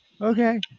Okay